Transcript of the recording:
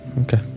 Okay